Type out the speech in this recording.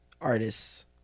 artists